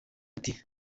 ati